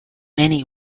many